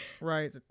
right